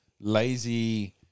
lazy